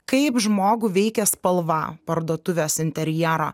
kaip žmogų veikia spalva parduotuvės interjero